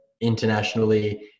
internationally